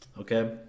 okay